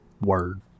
Word